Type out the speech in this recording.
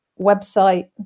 website